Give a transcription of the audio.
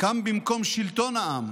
קם במקום שלטון העם